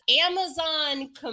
Amazon